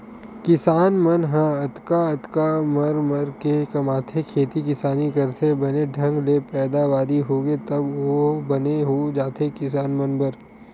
किसान मन ह अतका अतका मर मर के कमाथे खेती किसानी करथे बने ढंग ले पैदावारी होगे तब तो बने हो जाथे किसान मन बर